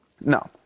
No